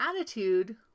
attitude